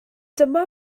dyma